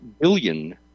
billion